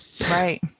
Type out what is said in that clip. Right